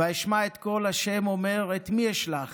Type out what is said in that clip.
"ואשמע את קול ה' אומר את מי אשלח